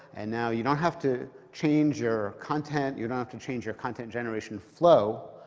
and now you don't have to change your content you don't have to change your content generation flow.